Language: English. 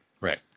Right